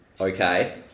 okay